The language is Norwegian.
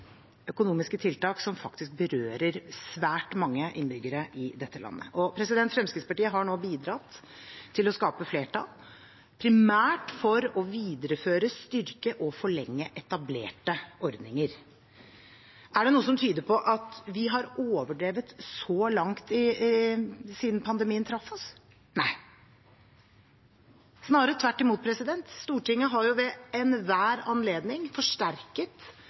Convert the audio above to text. økonomiske tiltak som faktisk berører svært mange innbyggere i dette landet. Fremskrittspartiet har nå bidratt til å skape flertall, primært for å videreføre, styrke og forlenge etablerte ordninger. Er det noe som tyder på at vi så langt har overdrevet siden pandemien traff oss? Nei, snarere tvert imot. Stortinget har ved enhver anledning forsterket